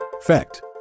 Fact